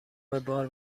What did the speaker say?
بار